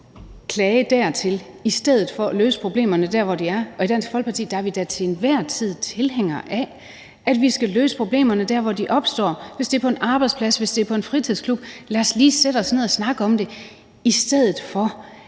klage dertil i stedet for at løse problemerne dér, hvor de er. Og i Dansk Folkeparti er vi da til enhver tid tilhængere af, at man skal løse problemerne dér, hvor de opstår. Hvis det er på en arbejdsplads, eller hvis det er på en fritidsklub, så lad os lige sætte os ned og snakke om det, i stedet for